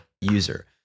user